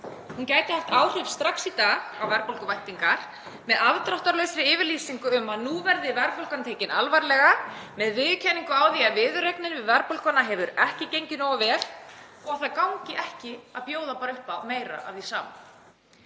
Hún gæti haft áhrif strax í dag á verðbólguvæntingar með afdráttarlausri yfirlýsingu um að nú verði verðbólgan tekin alvarlega með viðurkenningu á því að viðureignin við verðbólguna hefur ekki gengið nógu vel og að það gangi ekki að bjóða bara upp á meira af því sama.